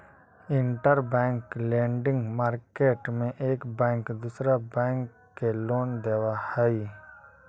interbank lending market में एक bank दूसरा बैंक के लोन देवऽ हई